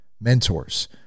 mentors